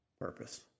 purpose